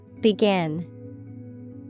Begin